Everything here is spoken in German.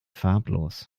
farblos